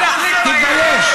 תתבייש.